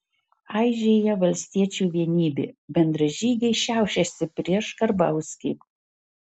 aižėja valstiečių vienybė bendražygiai šiaušiasi prieš karbauskį